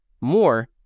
more